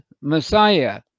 Messiah